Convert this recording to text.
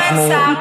ולמה אין שר?